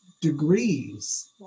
degrees